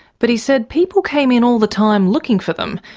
but he said people came in all the time looking for them,